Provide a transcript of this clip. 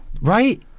Right